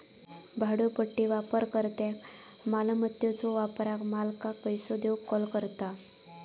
भाड्योपट्टी वापरकर्त्याक मालमत्याच्यो वापराक मालकाक पैसो देऊक कॉल करता